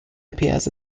appears